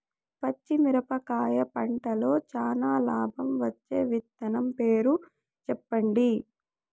పచ్చిమిరపకాయ పంటలో చానా లాభం వచ్చే విత్తనం పేరు చెప్పండి?